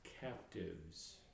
captives